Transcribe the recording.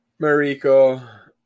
Mariko